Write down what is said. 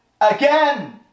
again